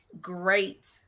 great